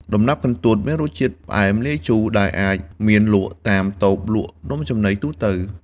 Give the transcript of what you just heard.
ដំណាប់កន្ទួតមានរសជាតិផ្អែមលាយជូរ ដែលអាចមានលក់តាមតូបលក់នំចំណីទូទៅ។